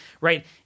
right